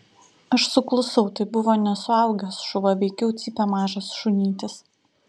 aš suklusau tai buvo ne suaugęs šuva veikiau cypė mažas šunytis